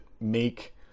make